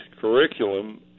curriculum